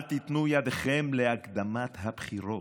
אל תיתנו ידכם להקדמת הבחירות.